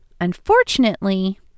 unfortunately